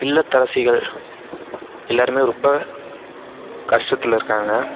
இல்லத்தரசிகள் எல்லோருமே ரொம்ப கஷ்டத்தில் இருக்காங்க